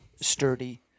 sturdy